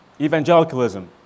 Evangelicalism